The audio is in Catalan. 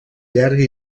llarga